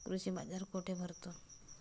कृषी बाजार कुठे भरतो?